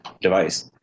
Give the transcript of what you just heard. device